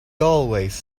always